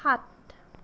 সাত